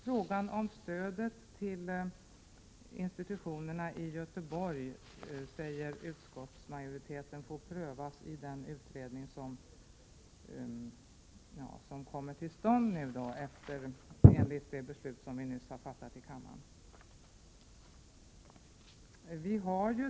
Frågan om stödet till institutionerna i Göteborg, säger utskottsmajoriteten, får prövas i den utredning som kommer till stånd enligt det beslut som vi nyss har fattat i kammaren.